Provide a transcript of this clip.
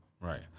Right